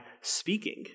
speaking